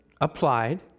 applied